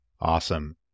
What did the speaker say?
awesome